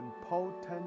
important